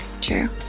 True